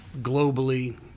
globally